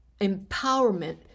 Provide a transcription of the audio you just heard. empowerment